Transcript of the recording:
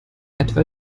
etwa